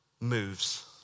moves